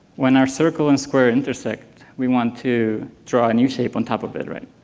when our circle and square intersect, we want to to ah a new shape on top of it, right?